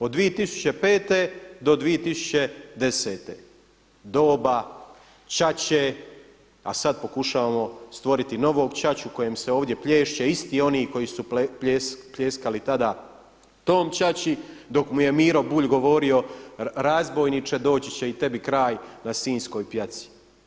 Od 2005. do 2010. doba čače, a sad pokušavamo stvoriti novog čaču kojem se ovdje plješće, isti oni koji su pljeskali tada tom čači, dok mu je Miro Bulj govorio razbojniče doći će i tebi kraj na sinjskoj pjaci.